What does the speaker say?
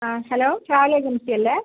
ആ hello travel agency അല്ലേ